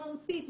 מהותית,